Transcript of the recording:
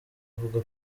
avuga